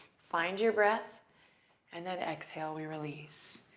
find your breath and then exhale. we release.